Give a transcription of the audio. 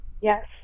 Yes